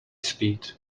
speed